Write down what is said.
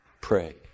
pray